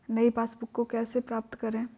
नई पासबुक को कैसे प्राप्त करें?